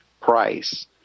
price